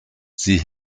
sie